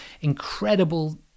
incredible